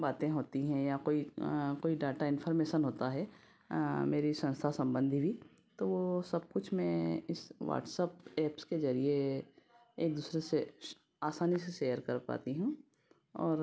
बातें होती हैं या कोई कोई डाटा इंफॉर्मेशन होता है मेरी संस्था संबंधी भी तो वो सब कुछ मैं इस व्हाट्सअप एप्स के जरिए एक दूसरे से आसानी से शेयर कर पाती हूँ और